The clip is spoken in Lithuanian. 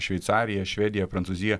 šveicarija švedija prancūzija